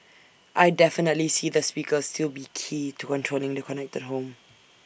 I definitely see the speakers still be key to controlling the connected home